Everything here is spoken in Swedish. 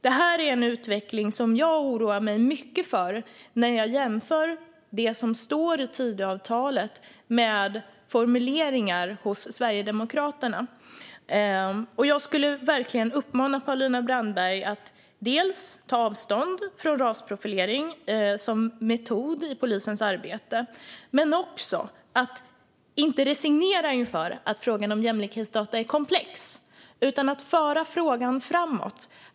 Det här är en utveckling som jag oroar mig mycket för när jag jämför det som står i Tidöavtalet med formuleringar hos Sverigedemokraterna. Jag skulle verkligen uppmana Paulina Brandberg att dels ta avstånd från rasprofilering som metod i polisens arbete, dels inte resignera inför att frågan om jämlikhetsdata är komplex utan föra den framåt.